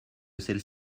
celles